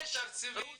לי יש רוסי בבית